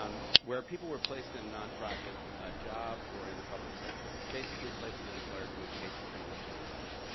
um where people were placed in nonprofit job, or in the public sector, basically placed with an employer who would take pretty much anybody.